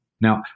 Now